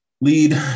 lead